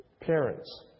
parents